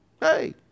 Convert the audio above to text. Hey